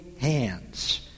hands